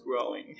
growing